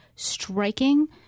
striking